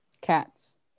cats